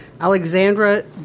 Alexandra